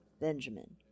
Benjamin